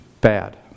bad